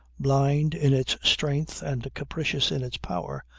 blind in its strength and capricious in its power,